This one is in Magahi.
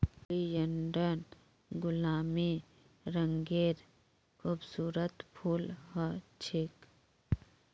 ओलियंडर गुलाबी रंगेर खूबसूरत फूल ह छेक